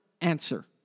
answer